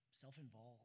self-involved